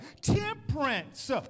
Temperance